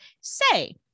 Say